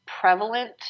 prevalent